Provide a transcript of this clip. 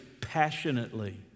passionately